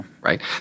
Right